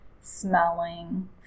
smelling